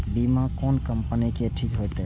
बीमा कोन कम्पनी के ठीक होते?